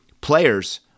players